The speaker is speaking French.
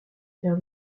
faire